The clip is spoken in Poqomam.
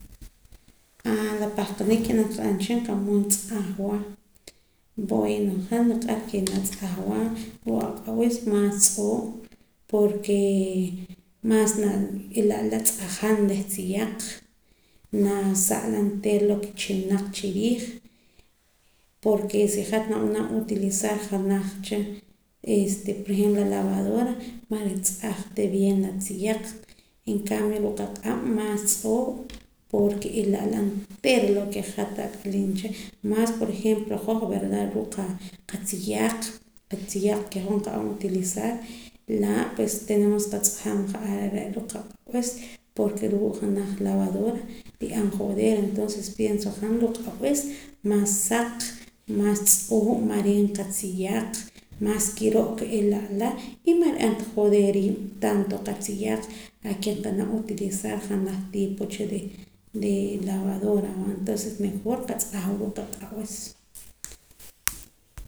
A la pahqanik ke nakaq'aram cha wehchin qa' mood ntz'ajwa bueno han niq'ar ke natz'ajwa ruu' aq'ab'is maas tz'oo' porke maas n'ila'la la tz'ajan reh tziyaq nasa ala onteera lo ke chilnaq chiriij porke si hat nab'anam utilizar janaj cha por ejemplo la lavadora man nritz'aj ta bien la tziyaq en cambio ruu' qaq'ab' maas tz'oo' porke n'ila' ala onteera lo ke hat at'aliim cha maas por ejemplo hoj verda ruu' qa tziyaaq qatziyaaq ke nqab'an utilizar laa' pues tenemos ke nqatz'ajam ja'ar are' ruu' q'ab'is porke ruu' janaj lavadora nri'an joder entonces pienso han ruu' q'ab'is maas saq maas tz'oo' mareen qatziyaaq maas kiro'ka n'ila'la y man ri'anta joder riib' tanto qatziyaaq la ke nqab'an utilizar janaj tipo cha de lavadora entonce mejor nqatz'ajwa ruu' qaq'ab'is